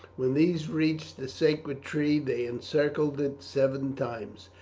when these reached the sacred tree they encircled it seven times,